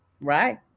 Right